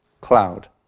cloud